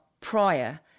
prior